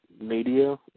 Media